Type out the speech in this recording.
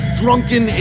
drunken